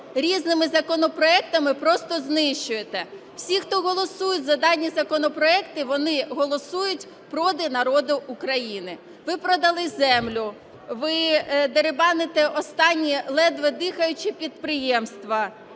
різними законопроектами просто знищуєте. Всі, хто голосують за дані законопроекти, вони голосують проти народу України. Ви продали землю, ви дерибаните останні ледве дихаючі підприємства.